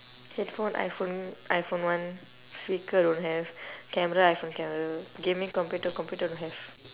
headphone iphone iphone one speaker don't have camera iphone camera gaming computer computer don't have